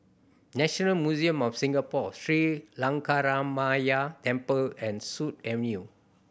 National Museum of Singapore Sri Lankaramaya Temple and Sut Avenue